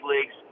leagues